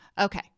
Okay